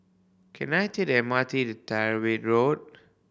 can I take the M R T to Tyrwhitt Road